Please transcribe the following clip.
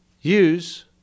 use